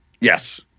Yes